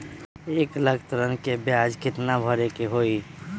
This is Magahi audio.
एक लाख ऋन के ब्याज केतना भरे के होई?